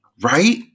Right